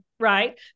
Right